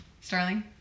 Starling